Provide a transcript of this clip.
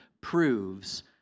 proves